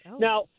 Now